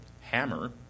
hammer